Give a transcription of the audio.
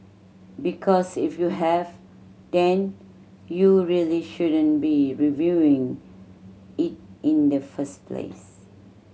because if you have then you really shouldn't be reviewing it in the first place